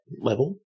level